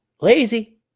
lazy